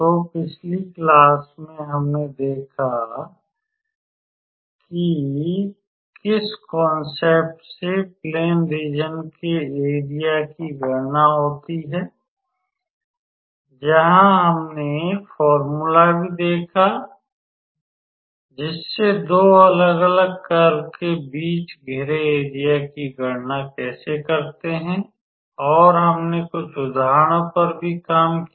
तो पिछली क्लास में हमने देखा कि किस कॉन्ससेप्ट से प्लेन रीजन के एरिया की गणना होती है जहां हमने फॉर्मूला भी देखा है जिससे 2 अलग अलग कर्व के बीच घिरे एरिया की गणना कैसे करते हैं और हमने कुछ उदाहरणों पर भी काम किया